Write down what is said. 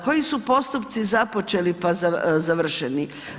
Koji su postupci započeli pa završeni?